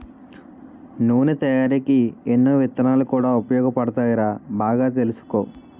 నూనె తయారికీ ఎన్నో విత్తనాలు కూడా ఉపయోగపడతాయిరా బాగా తెలుసుకో